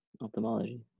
Ophthalmology